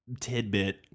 Tidbit